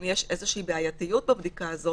אם יש איזושהי בעייתיות בבדיקה הזאת,